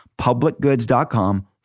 publicgoods.com